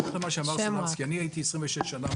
מתקנים אשר לא